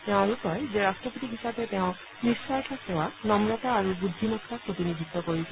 তেওঁ আৰু কয় যে ৰাট্টপতি হিচাপে তেওঁ নিঃস্বাৰ্থ সেৱা নম্ৰতা আৰু বুদ্ধিমত্তাৰ প্ৰতিনিধিত্ব কৰিছিল